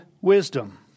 wisdom